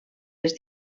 les